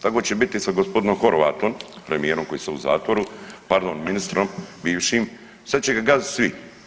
Tako će biti i sa gospodinom Horvatom, premijerom koji je sad u zatvoru, pardon ministrom bivšim, sad će ga gaziti svi.